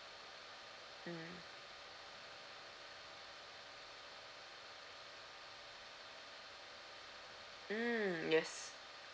mm mm yes